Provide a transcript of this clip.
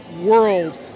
world